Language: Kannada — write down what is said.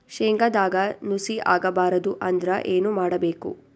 ಶೇಂಗದಾಗ ನುಸಿ ಆಗಬಾರದು ಅಂದ್ರ ಏನು ಮಾಡಬೇಕು?